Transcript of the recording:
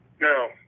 No